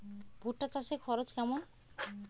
ভুট্টা চাষে খরচ কেমন?